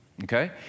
Okay